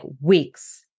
weeks